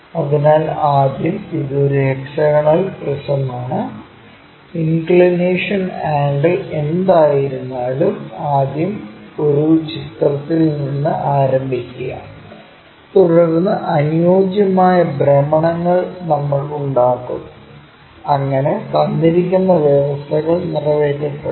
അതിനാൽ ആദ്യം ഇത് ഒരു ഹെക്സഗണൽ പ്രിസമാണ് ഇൻക്ക്ളിനേഷൻ ആംഗിൾ എന്തായിരുന്നാലും ആദ്യം ഒരു ചിത്രത്തിൽ നിന്ന് ആരംഭിക്കുക തുടർന്ന് അനുയോജ്യമായ ഭ്രമണങ്ങൾ നമ്മൾ ഉണ്ടാക്കുന്നു അങ്ങനെ തന്നിരിക്കുന്ന വ്യവസ്ഥകൾ നിറവേറ്റപ്പെടും